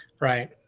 Right